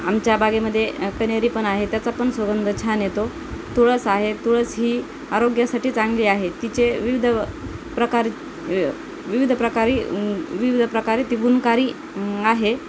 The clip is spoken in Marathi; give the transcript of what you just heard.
आमच्या बागेमध्ये कण्हेरी पण आहे त्याचा पण सुगंध छान येतो तुळस आहे तुळस ही आरोग्यासाठी चांगली आहे तिचे विविध प्रकारे विविध प्रकारे विविध प्रकारे ती गुणकारी आहे